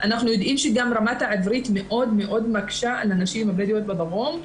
אנחנו יודעים שגם רמת העברית מקשה מאוד על הנשים הבדואיות בדרום.